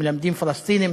מלמדים פלסטינים